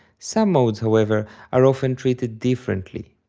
some modes however are often treated differently.